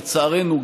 לצערנו,